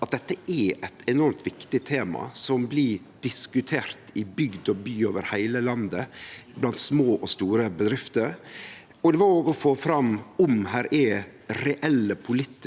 at dette er eit enormt viktig tema som blir diskutert i bygd og by over heile landet, blant små og store bedrifter. Det var òg å få fram om det her er reelle politiske